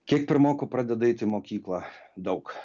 kiek pirmokų pradeda eiti į mokyklą daug